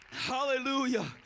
Hallelujah